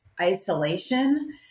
isolation